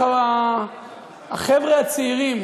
החבר'ה הצעירים,